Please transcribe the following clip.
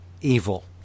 evil